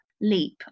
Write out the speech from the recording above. leap